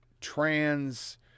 trans